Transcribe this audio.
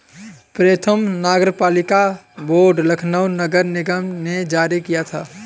प्रथम नगरपालिका बॉन्ड लखनऊ नगर निगम ने जारी किया था